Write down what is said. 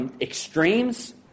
extremes